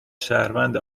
شهروند